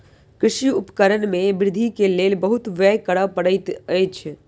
कृषि उपकरण में वृद्धि के लेल बहुत व्यय करअ पड़ैत अछि